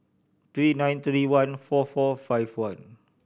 three nine three one four four five one